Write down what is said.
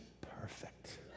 perfect